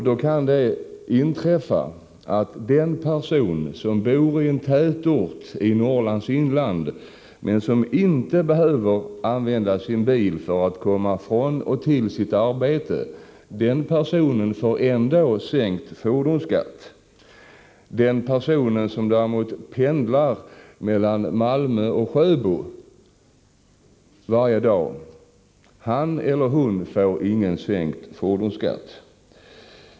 Då kan det inträffa att den person som bor i en tätort i Norrlands inland men som inte behöver använda sin bil för att komma från och till sitt arbete, ändå får sänkt fordonsskatt. Den person som däremot pendlar mellan Malmö och Sjöbo varje dag får inte sänkt fordonsskatt.